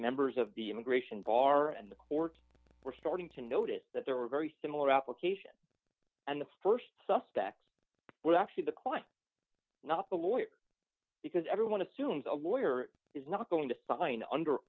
members of the immigration bar and the court were starting to notice that there were very similar application and the st suspects were actually the quite not the lawyers because everyone assumes a lawyer is not going to sign under